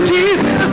Jesus